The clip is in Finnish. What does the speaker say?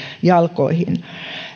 jalkoihin